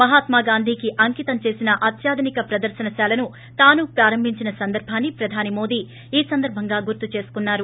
మహాత్మాగాంధీకి అంకితం చేసిన అత్యాధునిక ప్రదర్పనశాలను తాను ప్రారంభించిన సందర్బాన్ని ప్రధాని మోదీ ఈ సందర్బంగా గుర్తు చేసుకున్నారు